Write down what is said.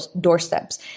doorsteps